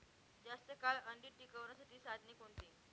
जास्त काळ अंडी टिकवण्यासाठी साधने कोणती?